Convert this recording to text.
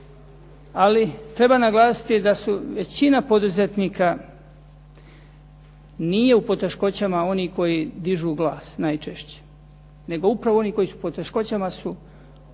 Ali treba naglasiti da većina poduzetnika nije u poteškoćama, oni koji dižu glas najčešće, nego upravo oni koji su u poteškoćama su u